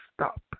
stop